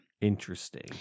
Interesting